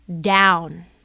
down